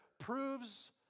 proves